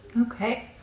Okay